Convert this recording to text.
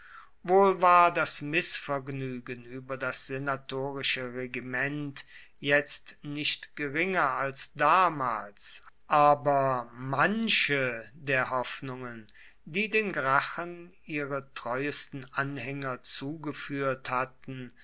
wohl war das mißvergnügen über das senatorische regiment jetzt nicht geringer als damals aber manche der hoffnungen die den gracchen ihre treuesten anhänger zugeführt hatten